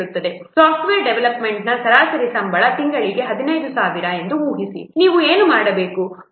software ಡೆವಲಪರ್ನ ಸರಾಸರಿ ಸಂಬಳ ತಿಂಗಳಿಗೆ 15000 ಎಂದು ಊಹಿಸಿ ನೀವು ಏನು ಮಾಡಬೇಕು